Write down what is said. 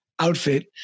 Outfit